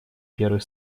первый